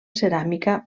ceràmica